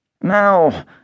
Now